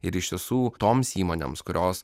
ir iš tiesų toms įmonėms kurios